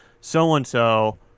so-and-so